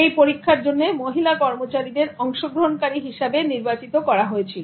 এই পরীক্ষার জন্য মহিলা কর্মচারীদের অংশগ্রহণকারী হিসাবে নির্বাচিত করা হয়েছিল